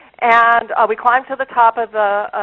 and we climbed to the top of